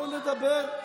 בואו נדבר.